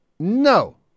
No